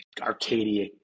arcadia